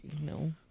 No